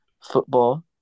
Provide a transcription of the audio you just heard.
football